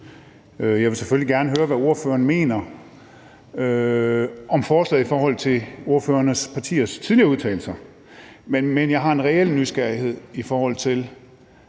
Jeg vil selvfølgelig gerne høre, hvad ordførerne mener om forslaget i forhold til ordførernes partiers tidligere udtalelser, men jeg har en reel nysgerrighed, i forhold til